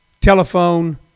telephone